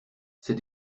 c’est